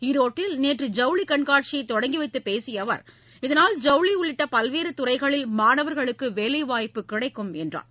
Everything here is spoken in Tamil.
ஈரோட்டில் நேற்று ஜவுளிக் கண்காட்சியை தொடங்கி வைத்துப் பேசிய அவர் இதனால் ஜவுளி உள்ளிட்ட பல்வேறு துறைகளில் மாணவர்களுக்கு வேலைவாய்ப்பு கிடைக்கும் என்று கூறினார்